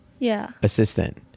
assistant